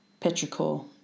Petrichor